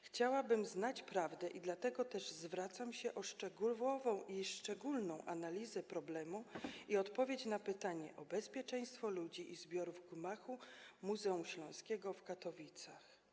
Chciałabym znać prawdę i dlatego zwracam się o szczegółową i szczególną analizę problemu i odpowiedź na pytanie o bezpieczeństwo ludzi i zbiorów w gmachu Muzeum Śląskiego w Katowicach.